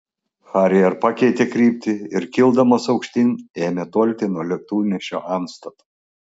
harrier pakeitė kryptį ir kildamas aukštyn ėmė tolti nuo lėktuvnešio antstato